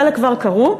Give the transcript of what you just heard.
חלק כבר קרו,